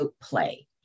play